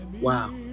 Wow